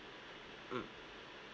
mm